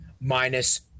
minus